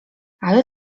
ale